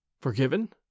Forgiven